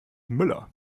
müller